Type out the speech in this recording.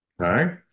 Okay